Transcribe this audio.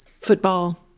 football